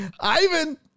Ivan